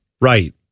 Right